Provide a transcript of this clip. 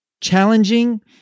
challenging